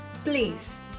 Please